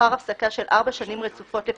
לאחר הפסקה של ארבע שנים רצופות לפחות,